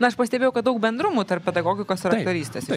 na aš pastebėjau kad daug bendrumų tarp pedagogikos ir aktorystės